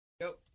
Go